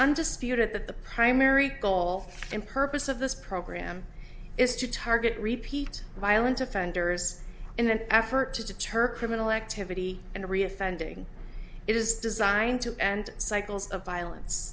undisputed that the primary goal and purpose of this program is to target repeat violent offenders in an effort to deter criminal activity and re offending it is designed to end cycles of violence